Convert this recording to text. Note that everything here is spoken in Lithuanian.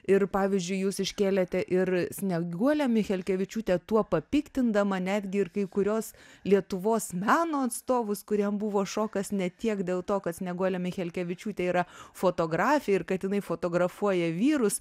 ir pavyzdžiui jūs iškėlėte ir snieguolę michelkevičiūtę tuo papiktindama netgi ir kai kuriuos lietuvos meno atstovus kuriem buvo šokas ne tiek dėl to kad snieguolė michelkevičiūtė yra fotografė ir kad jinai fotografuoja vyrus